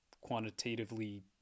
quantitatively